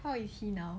how is he now